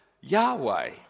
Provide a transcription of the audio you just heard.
Yahweh